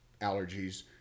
allergies